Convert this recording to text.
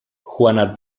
juana